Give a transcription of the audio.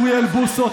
אוריאל בוסו,